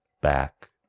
back